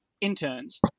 interns